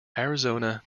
arizona